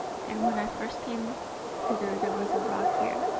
and when i first came hither there was a rock here,